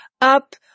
up